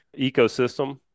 ecosystem